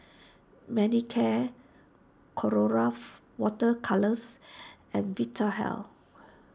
Manicare Colora Water Colours and Vitahealth